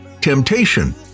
Temptation